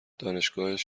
دانشگاهش